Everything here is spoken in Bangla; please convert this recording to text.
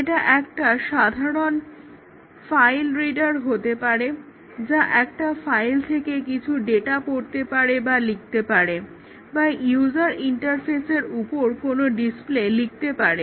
এটা একটা সাধারন ফাইল রিডার হতে পারে যা একটা ফাইল থেকে কিছু ডাটা পড়তে পারে বা লিখতে পারে বা ইউজার ইন্টারফেসের উপর কোনো ডিসপ্লে লিখতে পারে